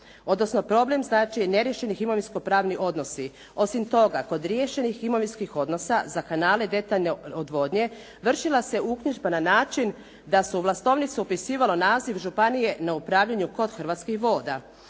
Odnosno, problem znači je neriješeni imovinsko-pravni odnosi. Osim toga, kod riješenih imovinskih odnosa za kanale detaljne odvodnje vršila se uknjižba na način da se u vlastovnicu upisivalo naziv županije na upravljanju kod Hrvatskih voda.